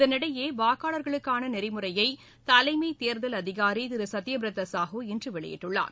இதனிடையே வாக்காளர்களுக்கான நெறிமுறையை தலைமை தேர்தல் அதிகாரி திரு சத்ய பிரதா சாஹூ இன்று வெளியிட்டுள்ளார்